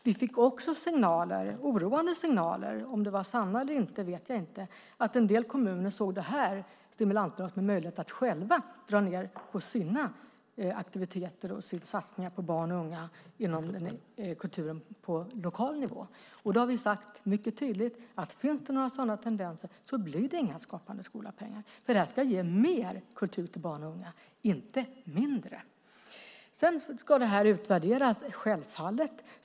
Vi fick oroande signaler om att en del kommuner såg det här stimulansbidraget som en möjlighet att dra ned på sina egna aktiviteter och satsningar på barn och unga inom kulturen på lokal nivå. Vi har mycket tydligt sagt att om det finns sådana tendenser blir det inga Skapande-skola-pengar. De ska ge mer kultur till barn och unga, inte mindre. Det ska självfallet utvärderas.